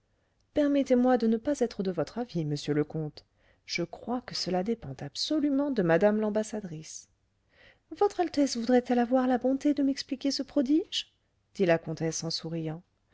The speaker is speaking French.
permettez-moi de ne pas être de votre avis monsieur le comte je crois que cela dépend absolument de madame l'ambassadrice votre altesse voudrait elle avoir la bonté de m'expliquer ce prodige dit la comtesse en souriant